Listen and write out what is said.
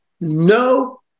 no